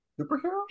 Superhero